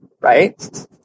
right